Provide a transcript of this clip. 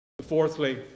fourthly